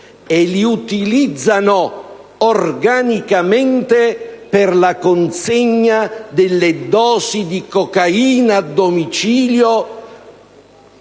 e li utilizzano organicamente per la consegna delle dosi di cocaina a domicilio;